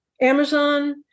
Amazon